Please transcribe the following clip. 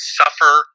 suffer